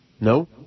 No